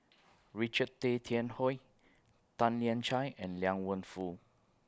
Richard Tay Tian Hoe Tan Lian Chye and Liang Wenfu